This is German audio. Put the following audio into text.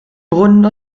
brunnen